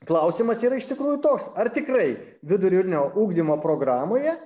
klausimas yra iš tikrųjų toks ar tikrai vidurinio ugdymo programoje